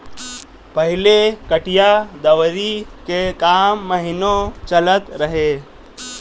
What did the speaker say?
पहिले कटिया दवरी के काम महिनो चलत रहे